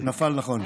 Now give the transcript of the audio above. נפל נכון.